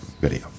video